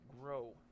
grow